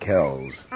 Kells